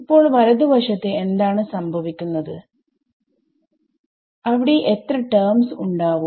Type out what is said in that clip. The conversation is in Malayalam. ഇപ്പോൾ വലതു വശത്തു എന്താണ് സംഭവിക്കുന്നത് അവിടെ എത്ര ടെർമ്സ് ഉണ്ടാവും